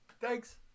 Thanks